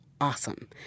awesome